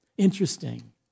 Interesting